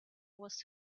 was